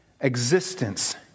Existence